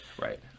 right